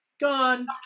gone